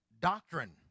Doctrine